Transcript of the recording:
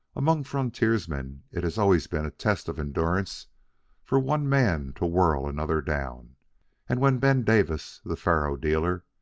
among frontiersmen it has always been a test of endurance for one man to whirl another down and when ben davis, the faro-dealer,